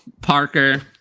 Parker